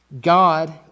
God